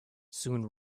soon